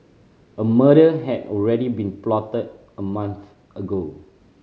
a murder had already been plotted a month ago